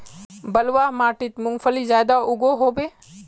बलवाह माटित मूंगफली ज्यादा उगो होबे?